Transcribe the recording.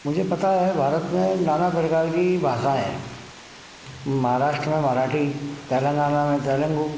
मुझे पता है भारत में नाना प्रकार की भाषाएं हैं महाराष्ट्र में मराठी तेलंगाना में तेलगु